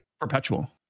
Perpetual